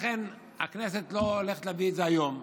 לכן הכנסת לא הולכת להביא את זה היום.